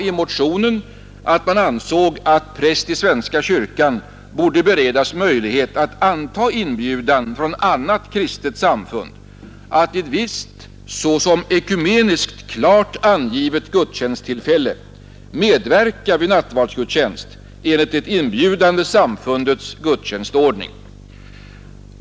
I motionen framhölls att präst i svenska kyrkan borde beredas möjlighet att antaga inbjudan från annat kristet samfund att vid visst såsom ekumeniskt klart angivet gudstjänsttillfälle medverka vid nattvardsgudstjänst enligt det inbjudande samfundets gudstjänstordning.